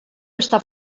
està